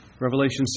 Revelation